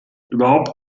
überhaupt